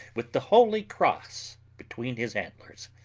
with the holy cross between his antlers.